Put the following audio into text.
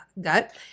gut